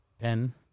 pen